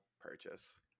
purchase